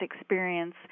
experience